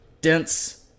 dense